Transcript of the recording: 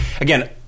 Again